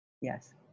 Yes